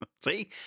See